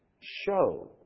show